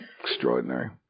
Extraordinary